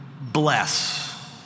bless